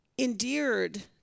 endeared